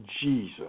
Jesus